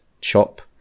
chop